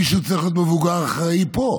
מישהו צריך להיות מבוגר אחראי פה.